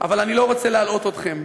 אבל אני לא רוצה להלאות אתכם.